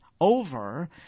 over